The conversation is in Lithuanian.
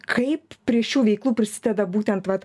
kaip prie šių veiklų prisideda būtent vat